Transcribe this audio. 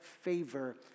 favor